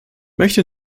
möchte